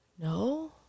No